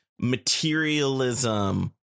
materialism